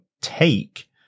take